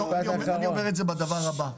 אני אומר את זה בדבר הבא: